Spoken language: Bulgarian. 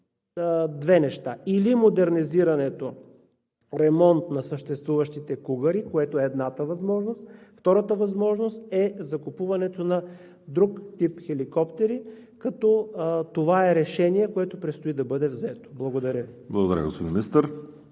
две неща – или модернизирането, ремонт на съществуващите кугъри, което е едната възможност, втората възможност е закупуването на друг тип хеликоптери, като това е решение, което предстои да бъде взето. Благодаря Ви.